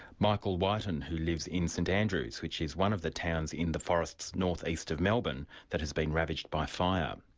michael wighton, who lives in st andrews, which is one of the towns in the forests north-east of melbourne that has been ravaged by fire. um